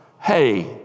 hey